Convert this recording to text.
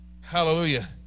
hallelujah